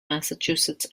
massachusetts